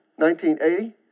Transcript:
1980